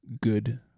good